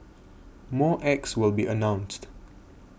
more acts will be announced